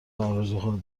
ارزوها